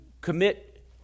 commit